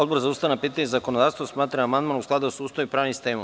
Odbor za ustavna pitanja i zakonodavstvo smatra da je amandman u skladu sa Ustavom i pravnim sistemom.